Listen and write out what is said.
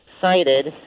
cited